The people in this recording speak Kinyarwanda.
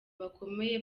bakomeye